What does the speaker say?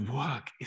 work